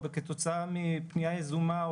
או ב-כתוצאה מפנייה יזומה,